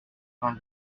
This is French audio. vingt